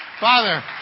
Father